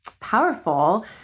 powerful